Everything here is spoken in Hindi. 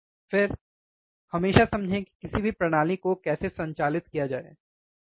फिर हमेशा समझें कि किसी भी प्रणाली को कैसे संचालित किया जाए ठीक है